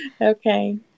Okay